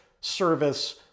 service